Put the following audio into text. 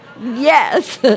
Yes